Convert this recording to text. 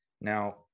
Now